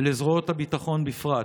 ולזרועות הביטחון בפרט,